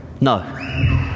No